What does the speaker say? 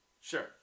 sure